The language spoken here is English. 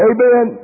Amen